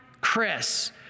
Chris